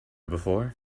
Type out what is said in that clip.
before